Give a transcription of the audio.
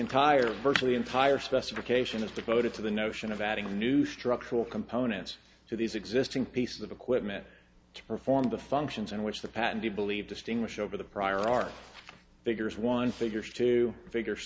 entire virtually entire specification is devoted to the notion of adding new structural components to these existing pieces of equipment to perform the functions in which the patent you believe distinguish over the prior art figures one figures to fi